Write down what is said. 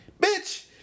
Bitch